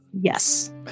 Yes